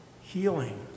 healing